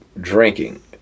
drinking